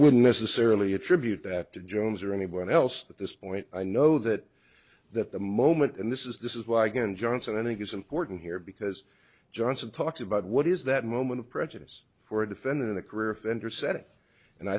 wouldn't necessarily attribute that to jones or anyone else at this point i know that that the moment and this is this is why again johnson i think is important here because johnson talks about what is that moment of prejudice for a defendant in a career offender said it and i